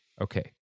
Okay